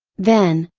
then,